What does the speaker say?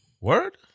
Word